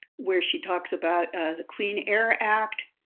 where she talks about the clean air act,